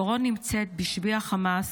דורון נמצאת בשבי החמאס